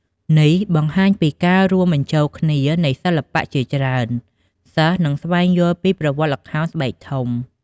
នេះបង្ហាញពីការរួមបញ្ចូលគ្នានៃសិល្បៈជាច្រើន សិស្សនឹងស្វែងយល់ពីប្រវត្តិល្ខោនស្បែកធំ។